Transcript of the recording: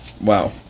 Wow